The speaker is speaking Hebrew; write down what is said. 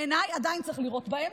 בעיניי עדיין צריך לירות בהם.